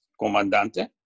comandante